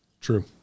True